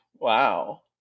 Wow